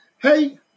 Hey